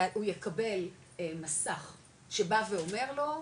הוא יקבל מסך שבה ואומר לו,